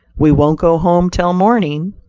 we won't go home till morning.